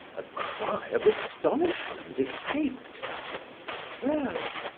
a cry of astonishment escaped her well,